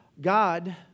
God